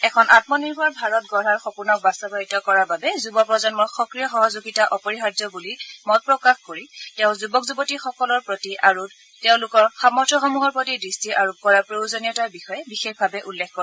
এখন আমনিৰ্ভৰ ভাৰত গঢ়াৰ সপোনক বাস্তৱায়িত কৰাৰ বাবে যুৱ প্ৰজন্মৰ সক্ৰিয় সহযোগিতা অপৰিহাৰ্য্য বুলি মত প্ৰকাশ কৰি তেওঁ যুৱক যুৱতীসকলৰ প্ৰতি আৰু তেওঁলোকৰ সামৰ্থসমূহৰ প্ৰতি দৃষ্টি আৰোপ কৰাৰ প্ৰয়োজনীয়তাৰ বিষয়ে বিশেষভাৱে উল্লেখ কৰে